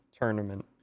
tournament